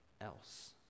else